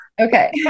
okay